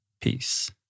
Peace